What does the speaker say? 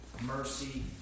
mercy